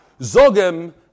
Zogem